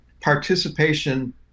participation